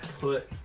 put